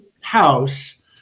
house